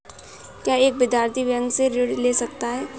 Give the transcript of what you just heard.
क्या एक विद्यार्थी बैंक से ऋण ले सकता है?